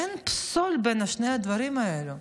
אין פסול בשני הדברים האלה.